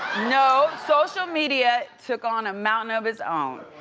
no. social media took on a mountain of it's own.